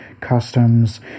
customs